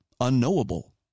unknowable